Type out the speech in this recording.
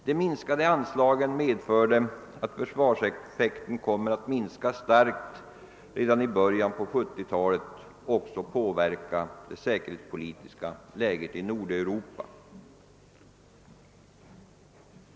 De minskade anslagen medförde att försvarseffekten kommer att minska starkt redan i början av 1970 talet och även påverka det säkerhetspolitiska läget i Nordeuropa.